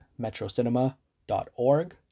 metrocinema.org